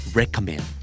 recommend